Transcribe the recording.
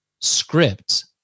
scripts